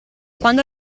quando